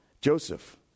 Joseph